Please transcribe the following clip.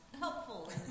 helpful